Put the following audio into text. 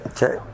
Okay